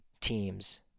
teams